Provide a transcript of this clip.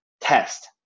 test